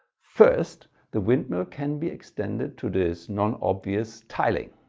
first the windmill can be extended to this non obvious tiling.